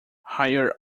higher